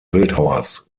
bildhauers